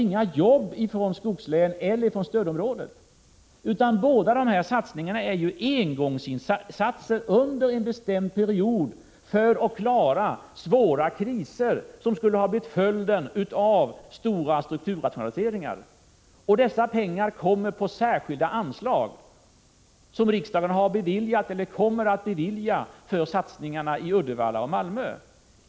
Inga jobb tas från skogslän eller från stödområdet, utan båda satsningarna är engångsinsatser under en bestämd period för att man skall klara sig undan de svåra kriser som skulle ha uppkommit som en följd av stora strukturrationaliseringar. Dessa pengar tas alltså från särskilda anslag som riksdagen har beviljat, eller kommer att bevilja, för satsningarna i Uddevalla och Malmö.